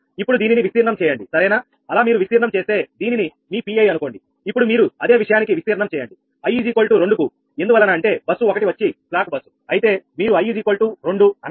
ఇప్పుడు దీనిని విస్తీర్ణం చేయండి సరేనా అలా మీరు విస్తీర్ణం చేస్తే దీనిని మీPi అనుకోండి ఇప్పుడు మీరు అదే విషయానికి విస్తీర్ణం చేయండి i 2 కు ఎందువలన అంటే బస్సు ఒకటి వచ్చి స్లాకు బస్ అయితే మీరు i2 అనండి